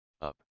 up